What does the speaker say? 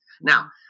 Now